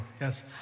yes